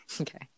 okay